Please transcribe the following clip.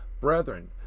brethren